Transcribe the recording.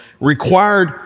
required